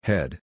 Head